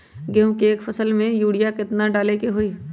गेंहू के एक फसल में यूरिया केतना बार डाले के होई?